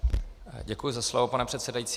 Děkuji za slovo, pane předsedající.